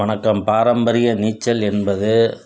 வணக்கம் பாரம்பரிய நீச்சல் என்பது